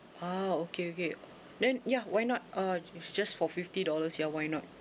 ah okay okay then ya why not uh it's just for fifty dollars ya why not